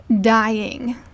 dying